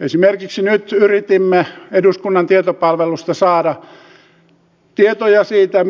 esimerkiksi nyt yritimme eduskunnan tietopalvelusta saada tietoja siitä